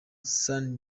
san